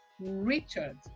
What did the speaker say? Richard